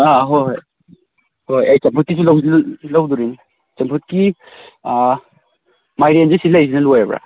ꯑꯥ ꯑꯥ ꯍꯣꯏ ꯍꯣꯏ ꯍꯣꯏ ꯑꯩ ꯆꯝꯐꯨꯠꯀꯤꯁꯨ ꯂꯧꯗꯣꯔꯤꯃꯤ ꯆꯝꯐꯨꯠꯀꯤ ꯃꯥꯏꯔꯦꯟꯁꯤ ꯁꯤ ꯂꯩꯔꯤꯁꯤꯅ ꯂꯣꯏꯔꯕ꯭ꯔꯥ